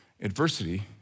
adversity